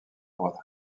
droite